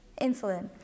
insulin